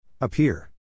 Appear